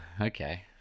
okay